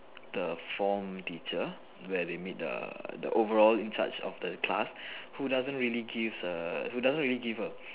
the form teacher where they meet the the overall in charge of the class who doesn't really give a who doesn't really give a